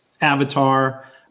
avatar